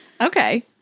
Okay